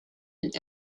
and